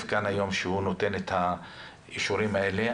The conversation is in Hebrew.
כאן היום כי הוא נותן את האישורים האלה.